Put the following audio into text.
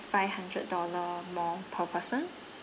five hundred dollar more per person